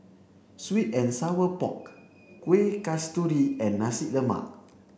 sweet and sour pork Kueh Kasturi and Nasi Lemak